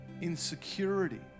insecurity